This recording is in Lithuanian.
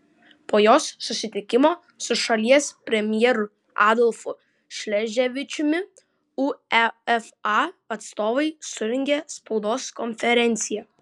po jos susitikimo su šalies premjeru adolfu šleževičiumi uefa atstovai surengė spaudos konferenciją